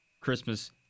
Christmas